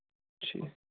ٹھی